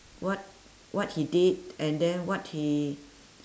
what what he did and then what he